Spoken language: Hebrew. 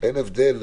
אין הבדל.